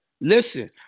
Listen